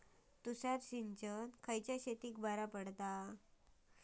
तुषार सिंचन खयल्या शेतीक बरा पडता?